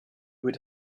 would